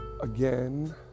again